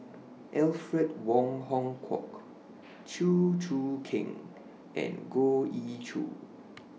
Alfred Wong Hong Kwok Chew Choo Keng and Goh Ee Choo